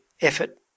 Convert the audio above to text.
effort